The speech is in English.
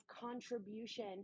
contribution